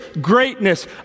greatness